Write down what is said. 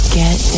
get